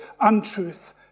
untruth